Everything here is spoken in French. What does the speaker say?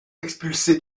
expulsés